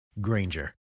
Granger